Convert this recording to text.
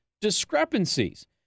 discrepancies